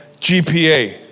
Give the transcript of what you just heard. GPA